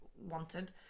wanted